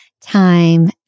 time